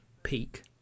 peak